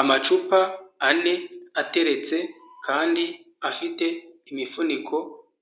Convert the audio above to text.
Amacupa, ane, ateretse, kandi, afite, imifuniko,